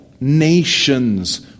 nations